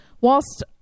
Whilst